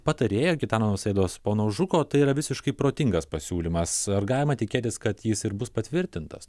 patarėjo gitano nausėdos pono žuko tai yra visiškai protingas pasiūlymas ar galima tikėtis kad jis ir bus patvirtintas